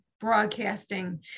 broadcasting